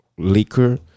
Liquor